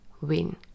win